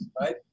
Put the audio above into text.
right